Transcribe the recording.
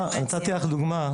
נתתי לך דוגמה.